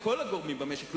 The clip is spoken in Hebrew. ואל כל הגורמים במשק,